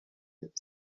بهت